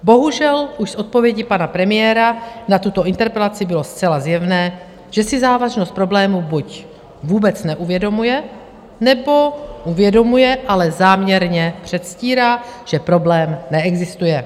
Bohužel už z odpovědi pana premiéra na tuto interpelaci bylo zcela zjevné, že si závažnost problému buď vůbec neuvědomuje, nebo uvědomuje, ale záměrně předstírá, že problém neexistuje.